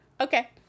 Okay